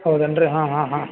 ಹೌದೇನು ರೀ ಹಾಂ ಹಾಂ ಹಾಂ